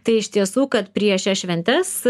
tai iš tiesų kad prieš šias šventes